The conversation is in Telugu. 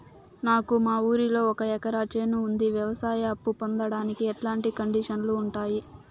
నాకు మా ఊరిలో ఒక ఎకరా చేను ఉంది, వ్యవసాయ అప్ఫు పొందడానికి ఎట్లాంటి కండిషన్లు ఉంటాయి?